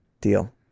Deal